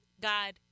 God